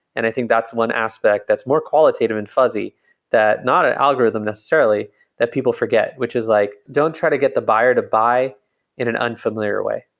and i think that's one aspect that's more qualitative and fuzzy that not an algorithm necessarily that people forget, which is like don't try to get the buyer to buy in an unfamiliar way.